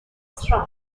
strong